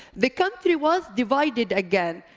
the country was divided again,